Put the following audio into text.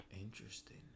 Interesting